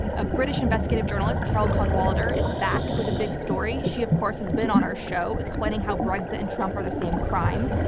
a british investigative journalist, carole cadwalladr, is back with a big story. she of course has been on our show explaining how brexit and trump are the same crime.